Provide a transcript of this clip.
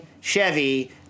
Chevy